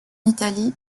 italie